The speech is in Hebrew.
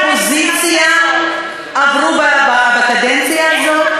אתם בדקתם כמה הצעות חוק של האופוזיציה עברו בקדנציה הזאת?